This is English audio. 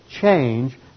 change